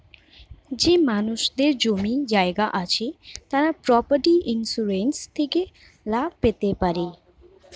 যেই মানুষদের জমি জায়গা আছে তারা প্রপার্টি ইন্সুরেন্স থেকে লাভ পেতে পারেন